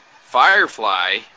Firefly